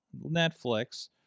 netflix